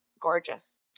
gorgeous